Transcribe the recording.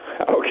Okay